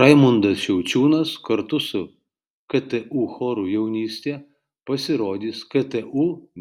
raimundas šiaučiūnas kartu su ktu choru jaunystė pasirodys ktu